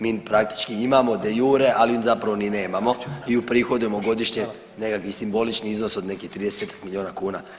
Mi praktički imamo de jure, ali zapravo ni nemamo i uprihodujemo godišnje nekakvi simbolični iznos od nekih 30 milijuna kuna.